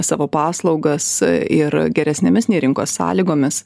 savo paslaugas ir geresnėmis nei rinkos sąlygomis